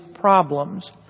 problems